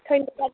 ধন্যবাদ